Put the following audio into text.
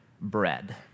bread